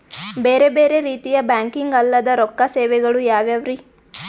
ಬೇರೆ ಬೇರೆ ರೀತಿಯ ಬ್ಯಾಂಕಿಂಗ್ ಅಲ್ಲದ ರೊಕ್ಕ ಸೇವೆಗಳು ಯಾವ್ಯಾವ್ರಿ?